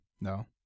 No